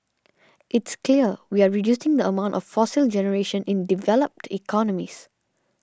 it's clear we're reducing the amount of fossil generation in developed economies